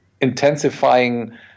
intensifying